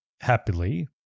happily